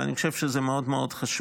ואני חושב שזה מאוד חשוב,